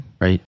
Right